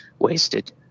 wasted